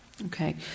Okay